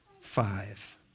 five